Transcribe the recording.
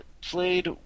Played